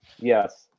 Yes